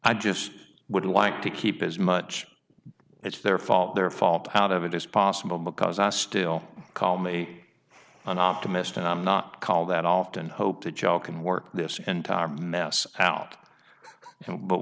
i just would like to keep as much it's their fault their fault out of it as possible because i still call me an optimist and i'm not call that often i hope the child can work this entire mess out but